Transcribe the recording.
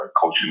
coaching